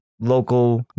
local